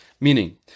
meaning